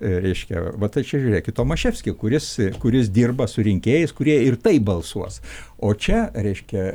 reiškia va tai čia žiūrėkit tomaševskį kuris kuris dirba su rinkėjais kurie ir taip balsuos o čia reiškia